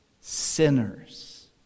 sinners